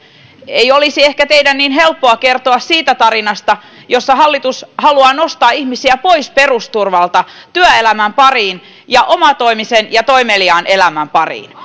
ei olisi ehkä teidän niin helppoa kertoa siitä tarinasta jossa hallitus haluaa nostaa ihmisiä pois perusturvalta työelämän pariin ja omatoimisen ja toimeliaan elämän pariin